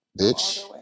bitch